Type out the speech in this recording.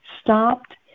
stopped